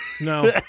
No